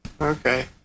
Okay